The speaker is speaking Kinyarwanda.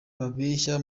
babeshya